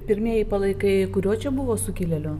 pirmieji palaikai kuriuo čia buvo sukilėlių